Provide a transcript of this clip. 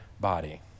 body